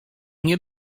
nie